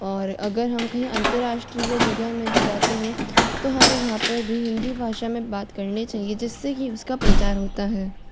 और अगर हम कही अन्तर्राष्ट्रीय जगह में भी जाते हैं तो हमें वहाँ पर भी हिन्दी भाषा मे बात करनी चाहिए जिससे कि उसका प्रचार होता है